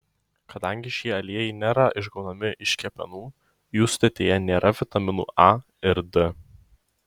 kadangi šie aliejai nėra išgaunami iš kepenų jų sudėtyje nėra vitaminų a ir d